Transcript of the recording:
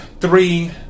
three